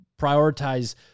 prioritize